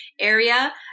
area